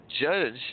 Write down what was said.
Judge